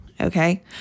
okay